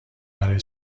برای